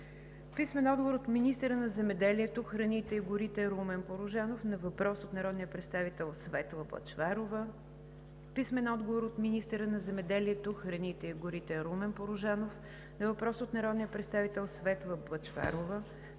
Любомир Бонев; - министъра на земеделието, храните и горите Румен Порожанов на въпрос от народния представител Светла Бъчварова;